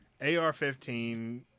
AR-15